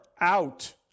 out